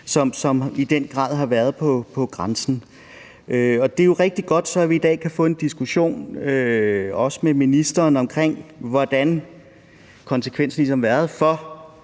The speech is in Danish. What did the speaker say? som i den grad har været på grænsen. Men det er rigtig godt, at vi i dag kan få en diskussion også med ministeren om, hvad konsekvensen ligesom har været for